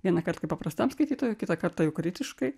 vienąkart kaip paprastam skaitytojui kitą kartą jau kritiškai